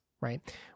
right